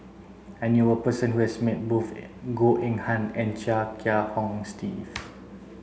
I knew a person who has met both Goh Eng Han and Chia Kiah Hong Steve